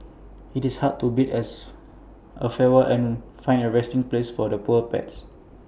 it's hard to bid as A farewell and find A resting place for the poor pets